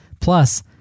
plus